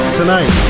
tonight